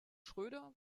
schröder